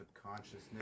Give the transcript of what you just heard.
subconsciousness